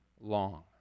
long